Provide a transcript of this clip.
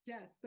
Yes